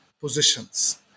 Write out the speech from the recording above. positions